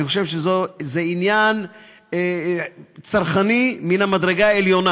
אני חושב שזה עניין צרכני מן המדרגה העליונה.